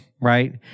right